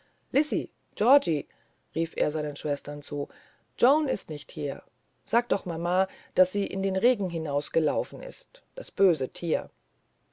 rief er seinen schwestern zu joan ist nicht hier sagt doch mama daß sie in den regen hinaus gelaufen ist das böse tier